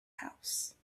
house